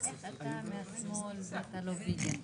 ואלה שני דברים שאמורים להיות מובנים מאליהם,